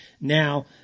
Now